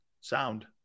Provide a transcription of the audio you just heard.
Sound